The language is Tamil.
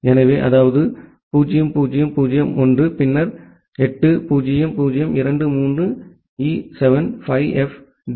எனவே அதாவது 0001 பின்னர் 8 0023E7 5FDB